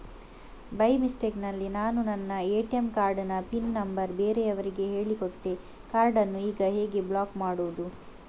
By mistake ನಲ್ಲಿ ನಾನು ನನ್ನ ಎ.ಟಿ.ಎಂ ಕಾರ್ಡ್ ನ ಪಿನ್ ನಂಬರ್ ಬೇರೆಯವರಿಗೆ ಹೇಳಿಕೊಟ್ಟೆ ಕಾರ್ಡನ್ನು ಈಗ ಹೇಗೆ ಬ್ಲಾಕ್ ಮಾಡುವುದು?